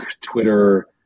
Twitter